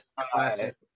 classic